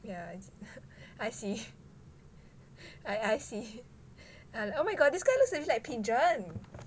yeah I see I see and oh my god this guy kind of looks a bit like pigeon